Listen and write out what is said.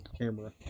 camera